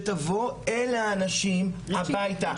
שתבוא אל האנשים הביתה.